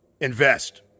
Invest